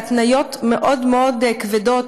בהתניות מאוד מאוד כבדות,